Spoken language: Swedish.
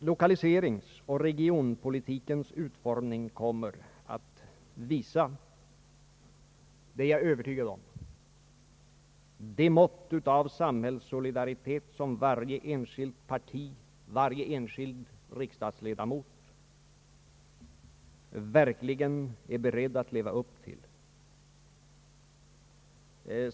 Lokaliseringsoch regionpolitikens utformning kommer att visa, det är jag övertygad om, det mått av samhällssolidaritet som varje enskilt parti och varje enskild riksdags ledamot verkligen är beredd att leva upp till.